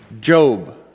Job